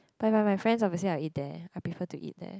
but if I'm with my friends obviously I would eat there I prefer to eat there